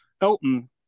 Elton